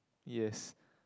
yes